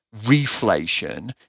reflation